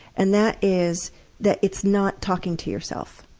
and that is that it's not talking to yourself.